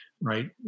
right